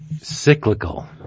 cyclical